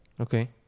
Okay